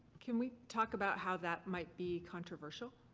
can we talk about how that might be controversial?